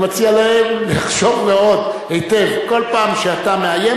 אני מציע להם מאוד לחשוב היטב: בכל פעם שאתה מאיים,